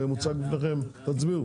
הצבעה